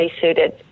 suited